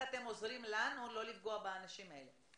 אתם עוזרים לנו לא לפגוע באנשים האלה?